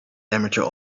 amateur